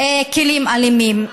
כלים אלימים,